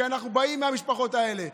כי אנחנו באים מהמשפחות האלה.